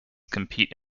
compete